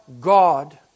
God